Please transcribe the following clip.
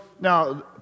Now